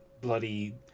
bloody